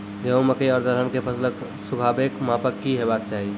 गेहूँ, मकई आर दलहन के फसलक सुखाबैक मापक की हेवाक चाही?